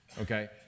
okay